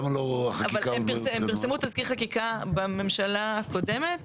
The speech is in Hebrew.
הם פרסמו תזכיר חקיקה בממשלה הקודמת